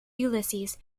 ulysses